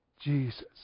Jesus